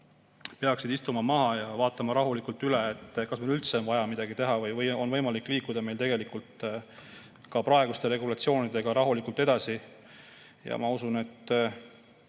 peaksid istuma maha ja vaatama rahulikult üle, kas meil üldse on vaja midagi teha või on võimalik liikuda ka praeguste regulatsioonidega rahulikult edasi. Ma usun, et